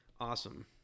Awesome